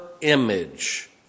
image